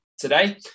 today